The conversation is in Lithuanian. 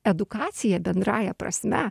edukaciją bendrąja prasme